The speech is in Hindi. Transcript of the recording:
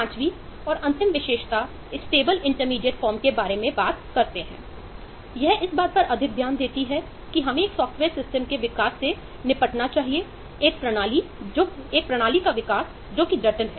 5 वीं और अंतिम विशेषता स्टेबल इंटरमीडिएट फॉर्म के विकास से निपटना चाहिए एक प्रणाली का विकास जो जटिल है